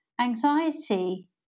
anxiety